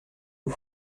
aux